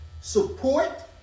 support